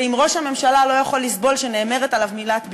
ואם ראש הממשלה לא יכול לסבול שנאמרת עליו מילת ביקורת,